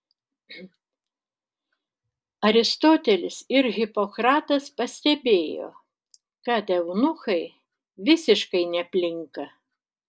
aristotelis ir hipokratas pastebėjo kad eunuchai visiškai neplinka